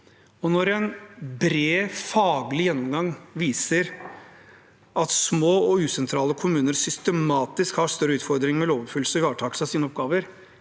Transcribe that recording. Når en bred faglig gjennomgang viser at små og usentrale kommuner systematisk har større utfordringer med lovoppfyllelse og ivaretakelse av sine oppgaver,